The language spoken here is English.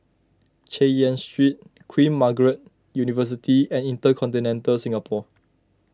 Chay Yan Street Queen Margaret University and Intercontinental Singapore